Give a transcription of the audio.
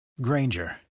Granger